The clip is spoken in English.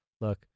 look